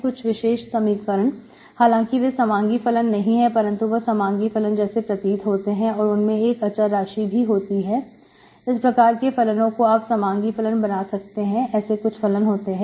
कुछ विशेष समीकरण हालांकि वे समांगी फलन नहीं है परंतु वे समांगी फलन जैसे प्रतीत होते हैं और उनमें एक अचर राशि भी होती है इस प्रकार के फलनों को आप समांगी फलन बना सकते हैं ऐसे कुछ फलन होते हैं